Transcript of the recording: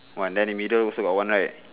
one then the middle also got [one] right